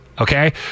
okay